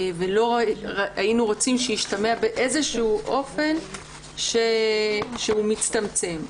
ולא היינו רוצים שישתמע באיזשהו אופן שהוא מצטמצם.